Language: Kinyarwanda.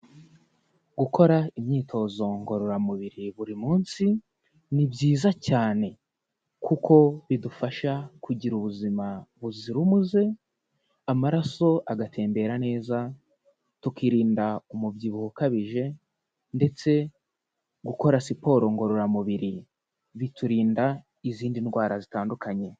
Gukora imyitozo ngororamubiri buri munsi ni byiza cyane, kuko bidufasha kugira ubuzima buzira umuze amaraso agatembera neza, tukirinda umubyibuho ukabije ndetse gukora siporo ngororamubiri biturinda izindi ndwara zitandukanye.